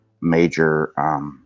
major